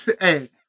Hey